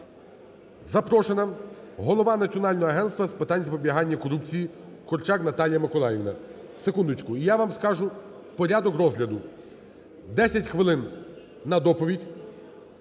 запрошена голова Національного агентства з питань запобігання корупції Корчак Наталія Миколаївна. Секундочку, я вам скажу порядок розгляду. 10 хвилин – на доповідь,